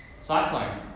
Cyclone